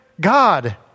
God